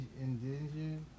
indigenous